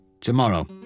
Tomorrow